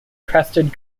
crested